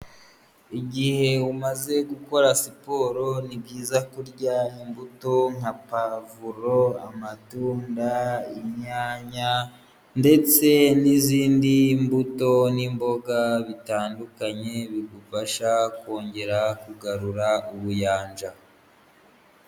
Igihe umaze gukora siporo ni byiza kurya imbuto nka pavuro, amatunda, inyanya ndetse n'izindi mbuto n'imboga bitandukanye, bigufasha kongera kugarura ubuyanja.